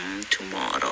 tomorrow